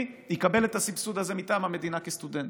יקבל את הסבסוד הזה מטעם המדינה כסטודנט.